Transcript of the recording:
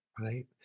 right